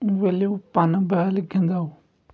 ؤلِو پَنہٕ بالہِ گِنٛدَو